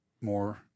more